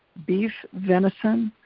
beef, venison,